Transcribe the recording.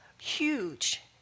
huge